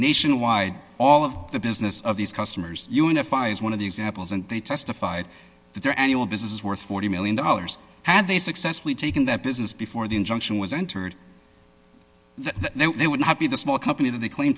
nationwide all of the business of these customers unifies one of the examples and they testified that their annual business is worth forty million dollars had they successfully taken that business before the injunction was entered that they would not be the small company that they cl